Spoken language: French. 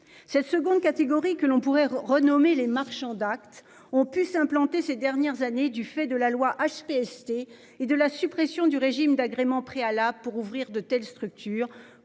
cette seconde catégorie que l'on pourrait renommer les marchands d'actes ont pu s'implanter ces dernières années du fait de la loi HPST et de la suppression du régime d'agréments préalables pour ouvrir de telles structures,